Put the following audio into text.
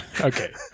Okay